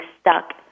stuck